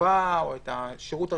התרופה או את הטיפול.